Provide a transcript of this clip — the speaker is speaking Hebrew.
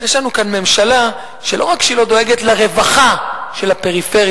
יש לנו כאן ממשלה שלא רק שהיא לא דואגת לרווחה של הפריפריה,